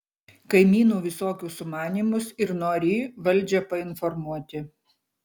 kaimynų visokius sumanymus ir norį valdžią painformuoti